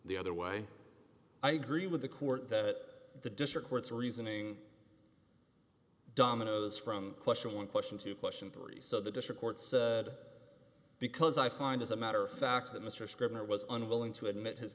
the other way i agree with the court that the district courts reasoning dominoes from question one question to question three so the district courts because i find as a matter of fact that mr scribner was unwilling to admit h